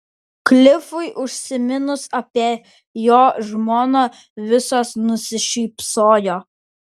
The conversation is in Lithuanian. klifui užsiminus apie jo žmoną visos nusišypsojo